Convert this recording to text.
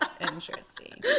Interesting